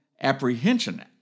apprehension